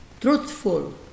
truthful